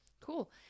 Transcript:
Cool